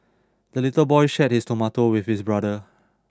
the little boy shared his tomato with his brother